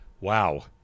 Wow